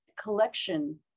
collection